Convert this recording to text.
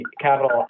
capital